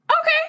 Okay